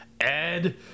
ed